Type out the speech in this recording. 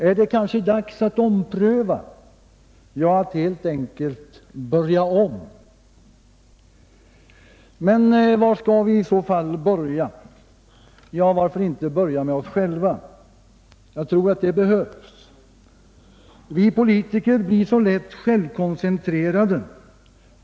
Är det kanske dags att ompröva — ja, att helt enkelt börja om? Var skall vi i så fall börja? Ja, varför inte börja med oss själva? Jag tror att det behövs. Vi politiker blir så lätt självkoncentrerade.